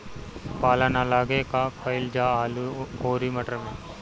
पाला न लागे का कयिल जा आलू औरी मटर मैं?